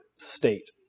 state